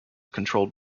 controlled